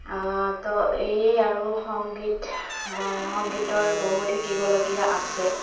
তো এইয়ে আৰু সংগীত সংগীতৰ বহুত শিকিবলগীয়া আছে